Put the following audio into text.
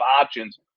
options